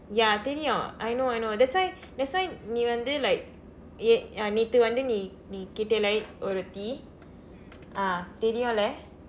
ya தெரியும்:theriyum I know I know that's why that's why நீ வந்து:nii vandthu like என் நேற்று வந்து நீ நீ கேட்டேளா ஒருத்தி:en neerru vandthu nii nii keeteelaa oruththi ah தெரியும்ல:theriyumla